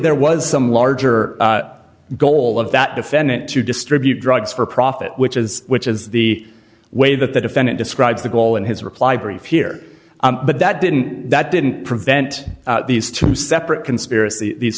there was some larger goal of that defendant to distribute drugs for profit which is which is the way that the defendant describes the goal in his reply brief here but that didn't that didn't prevent these two separate conspiracy these